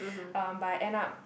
but I end up